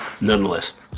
nonetheless